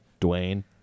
Dwayne